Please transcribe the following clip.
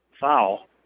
foul